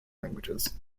languages